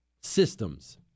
Systems